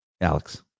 Alex